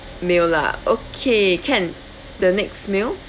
meal lah okay can the next meal